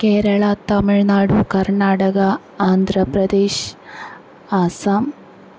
Kerala Tamil Nadu Karnataka Andhra Pradesh Assam